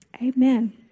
Amen